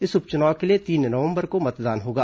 इस उपचुनाव के लिए तीन नवंबर को मतदान होगा